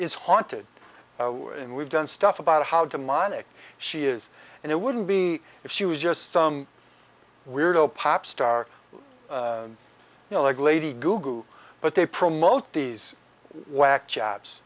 is haunted and we've done stuff about how demonic she is and it wouldn't be if she was just some weirdo pop star like lady gugu but they promote these whack jobs